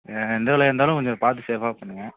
எந்த வேலையாக இருந்தாலும் கொஞ்சம் பார்த்து சேஃப்பாக பண்ணுங்க